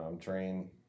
train